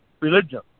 Religion